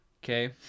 Okay